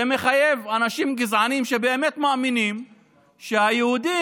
זה מחייב אנשים גזענים שבאמת מאמינים שהיהודים